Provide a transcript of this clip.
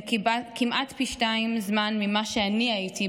הם כמעט פי שניים זמן ממה שאני הייתי,